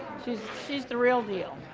she is she is the real deal.